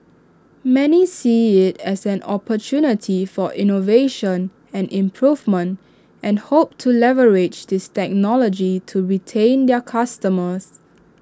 many see IT as an opportunity for innovation and improvement and hope to leverage this technology to retain their customers